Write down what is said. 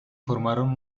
formaron